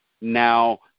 now